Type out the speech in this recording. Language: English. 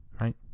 right